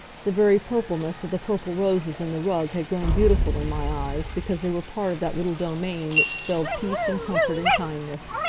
the very purpleness of the purple roses in the rug had grown beautiful in my eyes because they were part of that little domain which spelled peace and comfort and kindness.